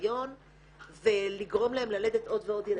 הריון ולגרום להן ללדת עוד ועוד ילדים.